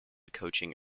coaching